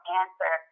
answer